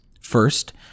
First